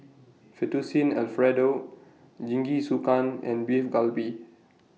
Fettuccine Alfredo Jingisukan and Beef Galbi